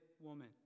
woman